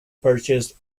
purchased